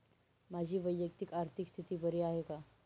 माझी वैयक्तिक आर्थिक स्थिती बरी आहे का?